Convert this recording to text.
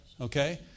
Okay